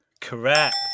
Correct